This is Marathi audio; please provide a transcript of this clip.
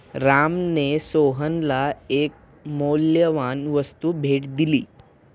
रामने सोहनला एक मौल्यवान वस्तू भेट दिली